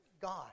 God